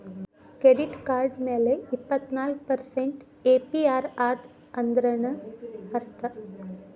Credit card ಮ್ಯಾಲೆ ಇಪ್ಪತ್ನಾಲ್ಕ್ percent APR ಅದ ಅಂದ್ರೇನ್ ಅರ್ಥ?